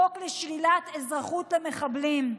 חוק לשלילת אזרחות המחבלים.